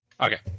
Okay